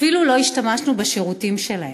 אפילו לא השתמשנו בשירותים שלהם.